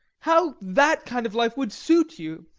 how that kind of life would suit you!